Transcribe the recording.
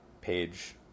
page